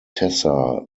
tessa